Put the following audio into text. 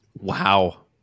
Wow